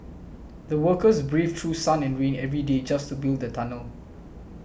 the workers braved through sun and rain every day just to build the tunnel